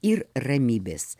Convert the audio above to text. ir ramybės